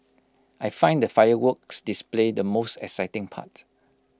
I find the fireworks display the most exciting part